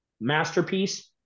masterpiece